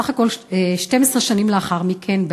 בסך הכול 12 שנים לאחר מכן,